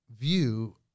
view